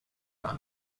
gar